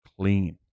clean